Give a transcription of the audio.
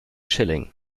schilling